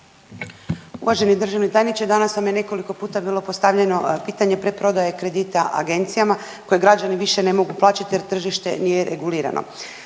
Poštovani državni tajniče, danas vam je nekoliko puta bilo postavljeno pitanje pretprodaje kredita agencijama koje građani više ne mogu plaćat jer tržište nije regulirano.